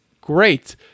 great